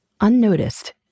unnoticed